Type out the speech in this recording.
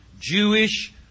Jewish